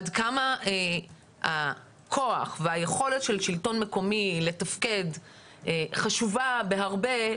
עד כמה הכוח והיכולת של שלטון מקומי לתפקד חשובה בהרבה,